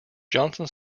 johnson